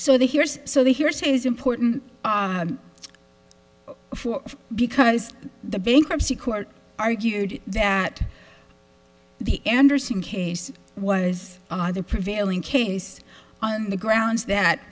so the hears so the hearsay is important for because the bankruptcy court argued that the andersen case was on the prevailing case on the grounds that